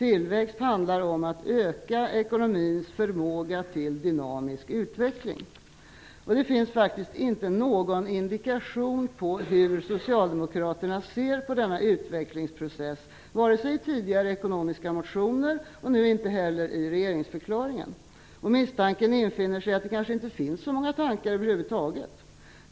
Tillväxt handlar om att öka ekonomins förmåga till dynamisk utveckling. Det finns faktiskt inte någon indikation på hur Socialdemokraterna ser på denna utvecklingsprocess, vare sig i tidigare ekonomiska motioner eller i regeringsförklaringen. Misstanken infinner sig att det kanske inte finns så många tankar över huvud taget.